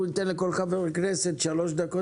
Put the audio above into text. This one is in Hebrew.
אנחנו ניתן לכל חבר כנסת שלוש דקות